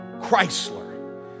Chrysler